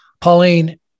Pauline